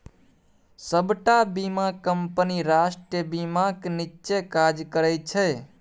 सबटा बीमा कंपनी राष्ट्रीय बीमाक नीच्चेँ काज करय छै